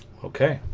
okay